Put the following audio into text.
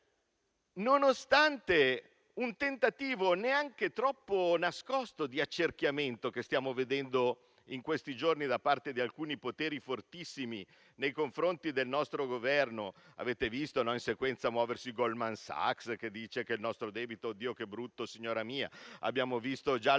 Vediamo un tentativo neanche troppo nascosto di accerchiamento, in questi giorni, da parte di alcuni poteri fortissimi nei confronti del nostro Governo: avete visto in sequenza muoversi Goldman Sachs, che dice del nostro debito "Oddio che brutto, signora mia!", e abbiamo visto le